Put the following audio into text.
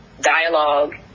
dialogue